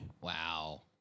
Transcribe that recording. Wow